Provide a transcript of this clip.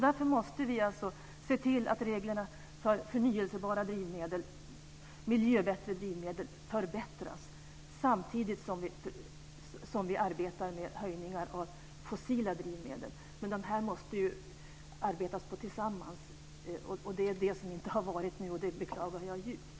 Därför måste vi se till att reglerna för förnyelsebara och miljövänligare drivmedel förbättras, samtidigt som vi arbetar med höjningar av fossila drivmedel. Man måste arbeta tillsammans med detta. Så har hittills inte skett, och det beklagar jag djupt.